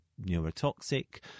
neurotoxic